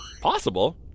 Possible